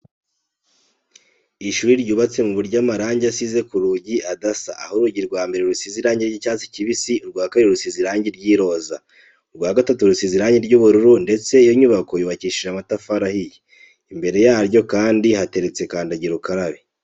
Ishuri ryubatse mu buryo amarange asize ku nzugi adasa, aho urugi rwa mbere rusize irange ry'icyatsi kibisi, urwa kabiri rusize irange ry'iroza, urwa gatatu rusize irange ry'ubururu ndetse iyo nyubako yubakishije amatafari ahiye. Imbere yaryo kandi hateretse kandagira ukarabe.